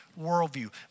worldview